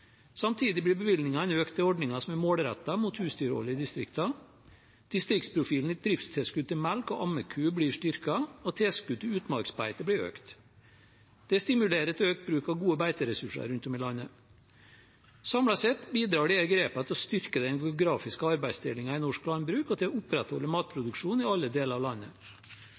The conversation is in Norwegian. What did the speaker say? Samtidig blir bevilgningene økt til ordninger som er målrettet mot husdyrhold i distriktene. Distriktsprofilen i driftstilskuddet til melk og ammeku blir styrket, og tilskudd til utmarksbeite blir økt. Det stimulerer til økt bruk av gode beiteressurser rundt om i landet. Samlet sett bidrar disse grepene til å styrke den geografiske arbeidsdelingen i norsk landbruk og til å opprettholde matproduksjon i alle deler av landet.